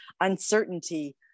uncertainty